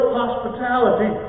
hospitality